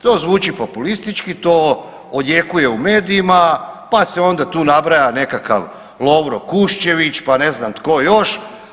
To zvuči populistički, to odjekuje u medijima, pa se tu onda nabraja nekakav Lovro Kušćević pa ne znam tko još.